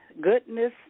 goodness